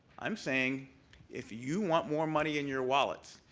i'm saying if you want more money in your wallet,